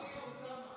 מה יהיה, אוסאמה?